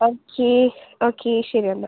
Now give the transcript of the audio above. okay okay ശരി എന്നാൽ